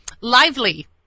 lively